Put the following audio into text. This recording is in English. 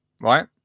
right